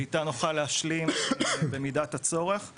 שאיתה נוכל להשלים במידת הצורך.